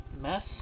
mess